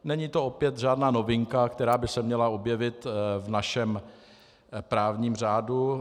Není to opět žádná novinka, která by se měla objevit v našem právním řádu.